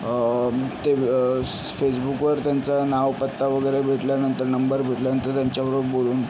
ते फेसबुकवर त्यांचा नाव पत्ता वगैरे भेटल्यानंतर नंबर भेटल्यानंतर त्यांच्याबरोबर बोलून